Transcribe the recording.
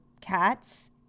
cats